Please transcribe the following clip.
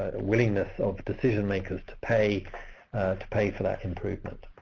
willingness of decision-makers to pay to pay for that improvement.